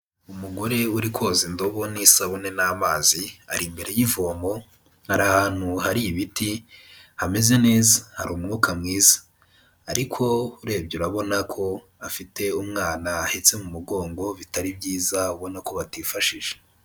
Umugore uri koza indobo n'isabune n'amazi, ari imbere y'ivomo, ari ahantu hari ibiti, hameze neza, hari umwuka mwiza, ariko urebye urabona ko afite umwana ahetse mu mugongo bitari byiza, ubona ko batifashije.